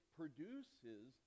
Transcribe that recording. produces